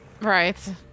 Right